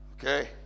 Okay